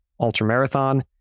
Ultramarathon